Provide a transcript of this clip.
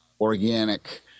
organic